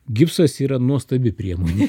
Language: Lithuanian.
gipsas yra nuostabi priemonė